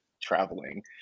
traveling